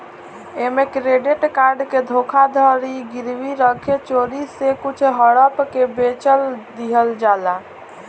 ऐमे credit card के धोखाधड़ी गिरवी रखे चोरी से कुछ हड़प के बेच दिहल जाला